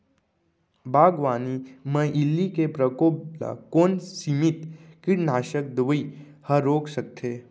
बागवानी म इल्ली के प्रकोप ल कोन सीमित कीटनाशक दवई ह रोक सकथे?